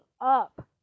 up